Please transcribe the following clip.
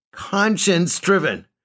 conscience-driven